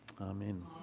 Amen